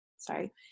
sorry